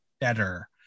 better